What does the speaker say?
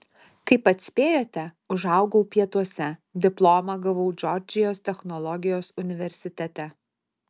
kaip atspėjote užaugau pietuose diplomą gavau džordžijos technologijos universitete